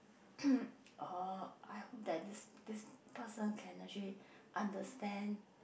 I hope that this this person can actually understand